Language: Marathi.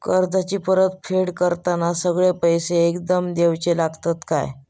कर्जाची परत फेड करताना सगळे पैसे एकदम देवचे लागतत काय?